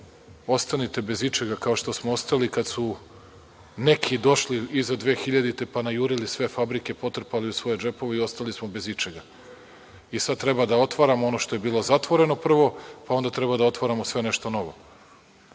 ostanite bez ičega kao što smo ostali kada su neki došli iza 2000. godine pa najurili sve fabrike, potrpali u svoje džepove i ostali smo bez ičega. Sada treba da otvaramo ono što je bilo zatvoreno, pa onda treba da otvaramo sve nešto novo.